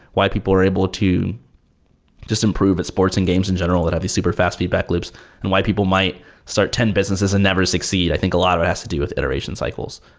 why people are able to just improve at sports and games in general that have these superfast feedback loops and why people might start ten businesses and never succeed. i think a lot of it has to do with iteration cycles.